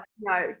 no